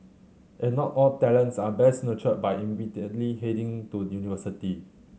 and not all talents are best nurtured by immediately heading to university